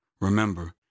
Remember